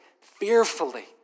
fearfully